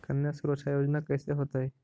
कन्या सुरक्षा योजना कैसे होतै?